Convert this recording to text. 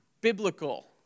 biblical